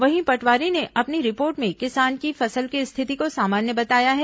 वहीं पटवारी ने अपनी रिपोर्ट में किसान की फसल की स्थिति को सामान्य बताया है